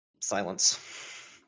Silence